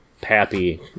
Pappy